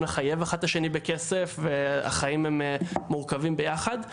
לחייב אחד את השני בכסף והחיים הם מורכבים ביחד.